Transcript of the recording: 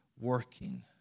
working